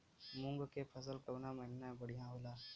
मुँग के फसल कउना महिना में बढ़ियां होला?